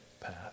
path